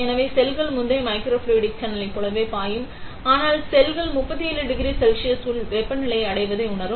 எனவே செல்கள் முந்தைய மைக்ரோஃப்ளூய்டிக் சேனலைப் போலவே பாயும் ஆனால் செல்கள் 37 டிகிரி செல்சியஸ் உள் உடல் வெப்பநிலையை அடைவதை உணரும்